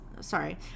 Sorry